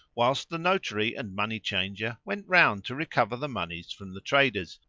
whilst the notary and money changer went round to recover the monies from the traders,